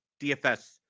DFS